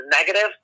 negative